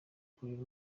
kurera